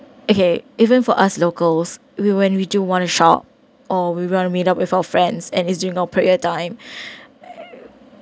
okay even for us locals we went we do want to shop or we want to meet up with our friends and it's during our prayer time